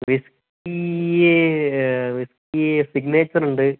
whisky whisky സിഗ്നേച്ചറുണ്ട്